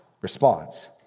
response